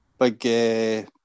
Big